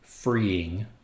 Freeing